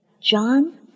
John